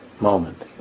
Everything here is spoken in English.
moment